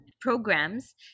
programs